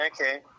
Okay